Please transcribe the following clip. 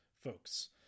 folks